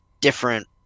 different